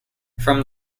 from